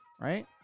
Right